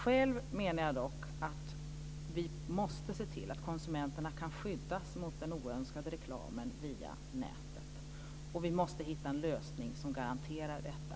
Själv menar jag dock att vi måste se till att konsumenterna kan skyddas mot den oönskade reklamen via nätet. Vi måste hitta en lösning som garanterar detta.